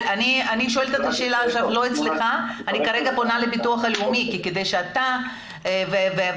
אני כרגע פונה לביטוח לאומי כדי שאתה והשר,